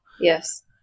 Yes